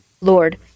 Lord